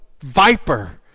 viper